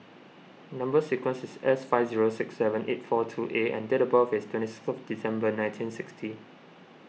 Number Sequence is S five zero six seven eight four two A and date of birth is twentieth of December nineteen sixty